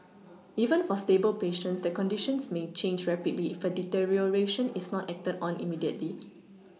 even for stable patients their conditions may change rapidly if a deterioration is not acted on immediately